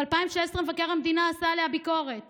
ב-2016 מבקר המדינה מתח עליה ביקורת